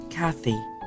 Kathy